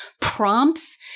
prompts